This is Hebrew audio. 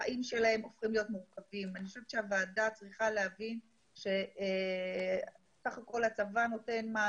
שהם לא צריכים להגיש הרבה טפסים.